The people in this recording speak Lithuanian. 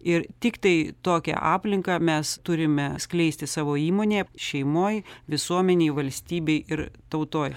ir tiktai tokią aplinką mes turime skleisti savo įmonėje šeimoj visuomenėj valstybėj ir tautoj